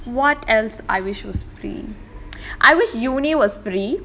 what else I wish was free I wish university was free